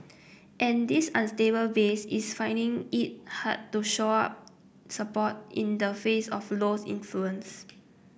and this unstable base is finding it hard to shore up support in the face of Low's influence